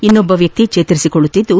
ಇನ್ನೋರ್ವ ವ್ಯಕ್ತಿ ಚೇತರಿಸಿಕೊಳ್ಳುತ್ತಿದ್ದು